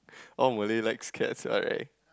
all Malay likes cats right